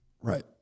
right